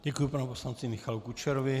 Děkuji panu poslanci Michalu Kučerovi.